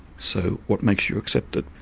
so what makes you accept it?